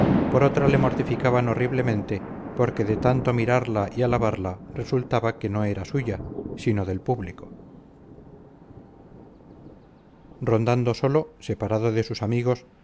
por otra le mortificaban horriblemente porque de tanto mirarla y alabarla resultaba que no era suya sino del público rondando solo separado de sus amigos